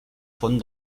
font